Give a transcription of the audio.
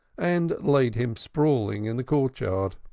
and laid him sprawling in the courtyard.